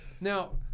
Now